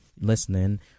listening